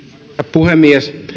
puhemies